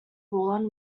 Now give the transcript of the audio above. fallen